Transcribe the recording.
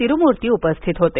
तिरुमूर्ती उपस्थित होते